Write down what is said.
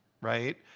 right